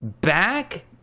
back